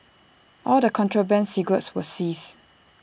all the contraband cigarettes were seized